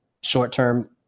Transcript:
short-term